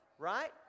Right